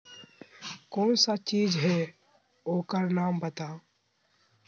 कौन सा चीज है ओकर नाम बताऊ?